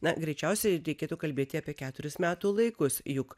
na greičiausiai reikėtų kalbėti apie keturis metų laikus juk